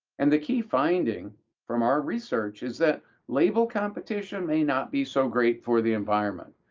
and the key finding from our research is that label competition may not be so great for the environment.